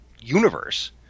universe